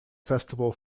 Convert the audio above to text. festival